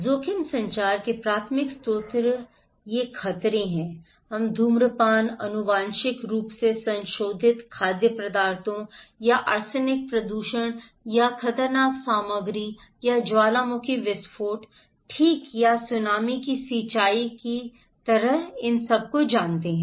जोखिम संचार का प्राथमिक स्रोत इसलिए ये खतरे हैं हम धूम्रपान आनुवांशिक रूप से संशोधित खाद्य पदार्थों या आर्सेनिक प्रदूषण या खतरनाक सामग्री या ज्वालामुखी विस्फोट ठीक या सुनामी की सिंचाई की तरह जानते हैं